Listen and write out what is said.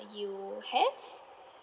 you have